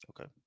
okay